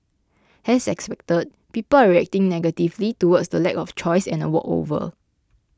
as expected people are reacting negatively towards the lack of choice and a walkover